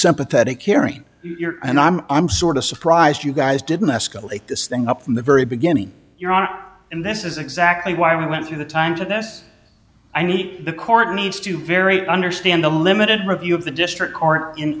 sympathetic hearing and i'm i'm sort of surprised you guys didn't escalate this thing up from the very beginning you're not and this is exactly why we went through the time to us i need the court needs to very understand a limited review of the district are in